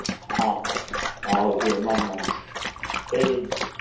ꯃꯥꯅꯦ ꯃꯥꯅꯦ ꯀꯔꯤ